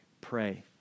pray